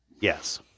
yes